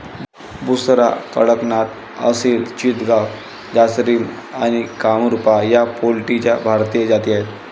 बुसरा, कडकनाथ, असिल चितगाव, झारसिम आणि कामरूपा या पोल्ट्रीच्या भारतीय जाती आहेत